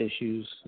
issues